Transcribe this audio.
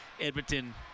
Edmonton